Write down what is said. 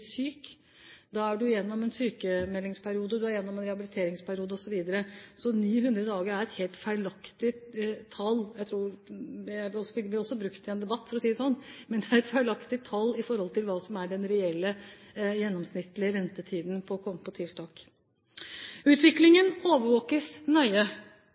er syk. Da er man igjennom en sykmeldingsperiode, en rehabiliteringsperiode osv. Så 900 dager er et helt feilaktig tall. Jeg ville vel også brukt det i en debatt, for å si det sånn, men det er et feilaktig tall når det gjelder den reelle gjennomsnittlige ventetiden for å komme på tiltak. Utviklingen overvåkes nøye.